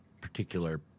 particular